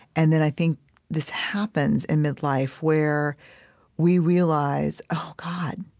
and then i think this happens in midlife where we realize, oh, god,